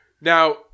now